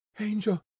angel